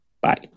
Bye